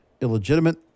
illegitimate